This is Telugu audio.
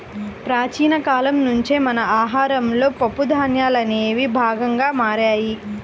ప్రాచీన కాలం నుంచే మన ఆహారంలో పప్పు ధాన్యాలనేవి భాగంగా మారాయి